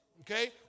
Okay